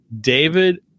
David